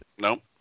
No